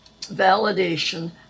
validation